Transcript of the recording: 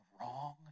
wrong